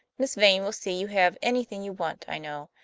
miss vane will see you have anything you want, i know.